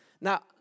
Now